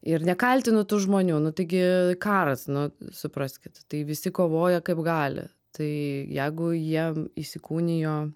ir nekaltinu tų žmonių nu taigi karas nu supraskit tai visi kovoja kaip gali tai jeigu jiem įsikūnijo